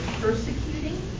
persecuting